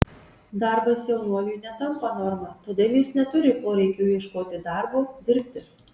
darbas jaunuoliui netampa norma todėl jis neturi poreikio ieškoti darbo dirbti